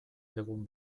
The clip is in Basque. egun